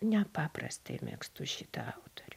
nepaprastai mėgstu šitą autorių